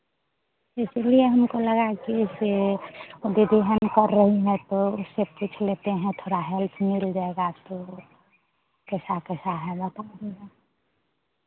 इसीलिए हमको लगा कि इससे दीदी है ना कर रही हैं तो उससे पूछ लेते हैं थोड़ा हेल्प मिल जाएगा तो कैसा कैसा है बता देगा